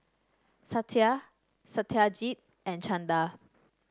Satya Satyajit and Chanda